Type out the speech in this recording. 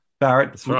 Barrett